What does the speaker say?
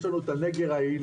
יש לנו את הנגר העילי,